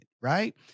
right